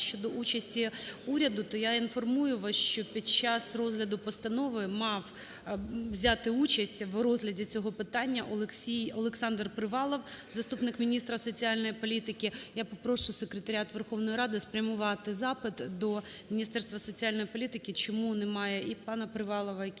щодо участі уряду. То я інформую вас, що під час розгляду постанови мав взяти участь в розгляді цього питань Олександр Привалов, заступник міністра соціальної політики. Я попрошу секретаріат Верховної Ради спрямувати запит до Міністерства соціальної політики, чому немає і пана Привалова, який